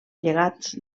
llegats